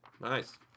Nice